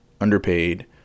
underpaid